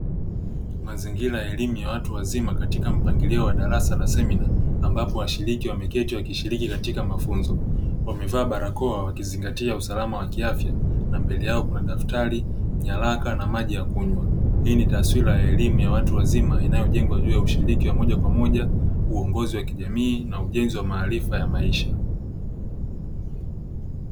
Mazingira ya elimu ya watu wazima katika mpangilio wa darasa la semina, ambapo washiriki wameketi wakishiriki katika mafunzo wamevaa barakoa wakizingatia usalama wa kiafya na mbele yao kuna daftari, nyaraka na maji ya kunywa. Hii ni taswira ya elimu ya watu wazima inayojengwa juu ya ushiriki wa moja kwa moja uongozi wa kijamii na ujenzi wa maarifa ya maisha.